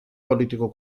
politico